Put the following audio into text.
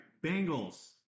Bengals